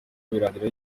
birangira